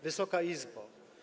Wysoka Izbo!